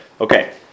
Okay